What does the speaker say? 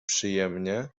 przyjemnie